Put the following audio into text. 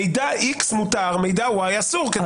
מידע X מותר, מידע Y אסור.